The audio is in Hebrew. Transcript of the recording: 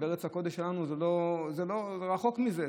בארץ הקודש שלנו זה רחוק מזה,